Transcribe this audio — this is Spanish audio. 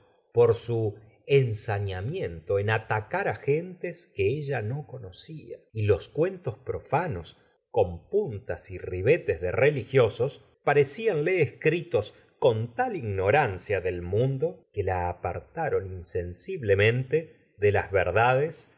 por u ensañamiento en atacar á gentes que ella no conocia y los cuentos profanos con puntas y ribetes de religiosos pare g cianle escritos con tal ignorancia del mundo que la apartaron insensiblemente de las yerdades